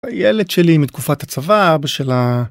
הילד שלי מתקופת הצבא, אבא שלה...